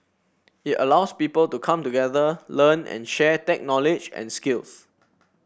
it allows people to come together learn and share tech knowledge and skills